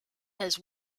has